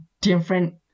different